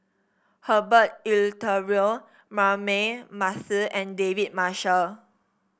Herbert Eleuterio Braema Mathi and David Marshall